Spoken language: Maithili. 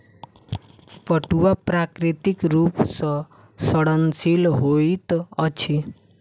पटुआ प्राकृतिक रूप सॅ सड़नशील होइत अछि